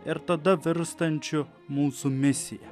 ir tada virstančiu mūsų misija